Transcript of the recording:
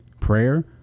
prayer